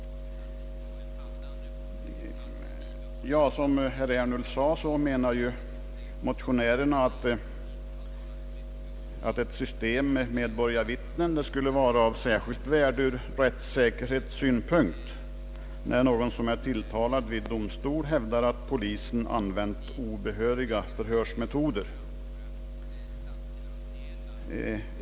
Motionärerna anser, som herr Ernulf också påpekade, att ett system med medborgarvittnen skulle vara av särskilt värde ur rättssäkerhetssynpunkt när någon tilltalad vid domstol hävdar att polisen har använt obehöriga förhörsmetoder.